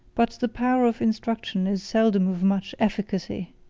but the power of instruction is seldom of much efficacy,